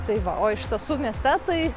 tai va o iš tiesų mieste tai